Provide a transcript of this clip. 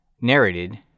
Narrated